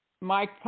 Mike